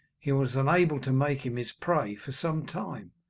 he was unable to make him his prey for some time,